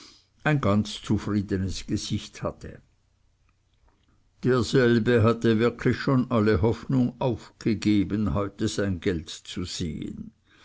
ein ganz zufriedenes gesicht hatte derselbe hatte wirklich schon alle hoffnung aufgegeben heute sein geld zu sehen